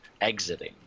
exiting